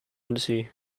unity